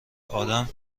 ادم